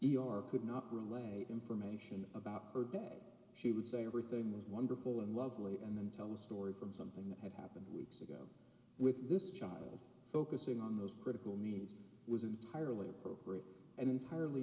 r could not relate information about her dad she would say everything was wonderful and lovely and then tell a story from something that happened weeks ago with this child focusing on those critical needs was entirely appropriate and entirely